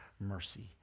mercy